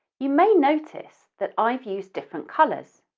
you may notice that i've used different colours.